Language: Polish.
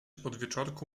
podwieczorku